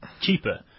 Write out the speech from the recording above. cheaper